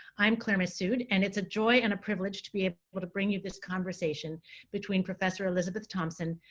i'm claire masood and it's a joy and a privilege to be ah able to bring you this conversation between professor elizabeth thompson,